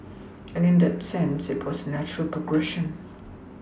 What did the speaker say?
and in that sense this was the natural progression